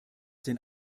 den